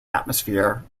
atmosphere